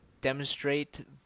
demonstrate